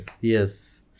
Yes